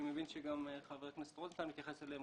מבין שגם חבר הכנסת רוזנטל מתייחס אליהן,